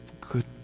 good